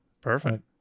Perfect